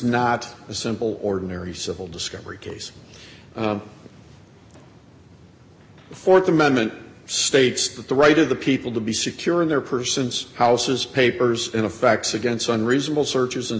not a simple ordinary civil discovery case the th amendment states that the right of the people to be secure in their persons houses papers and effects against unreasonable searches and